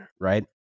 right